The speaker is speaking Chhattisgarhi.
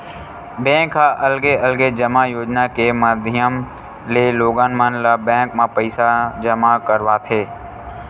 बेंक ह अलगे अलगे जमा योजना के माधियम ले लोगन मन ल बेंक म पइसा जमा करवाथे